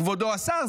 כבוד השר,